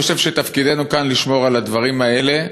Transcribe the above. אני חושב שתפקידנו כאן לשמור על הדברים האלה.